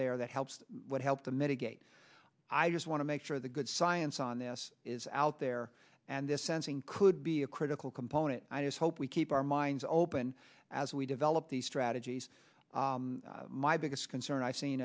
there that helps would help to mitigate i just want to make sure the good science on this is out there and this sensing could be a critical component i just hope we keep our minds open as we develop these strategies my biggest concern i've seen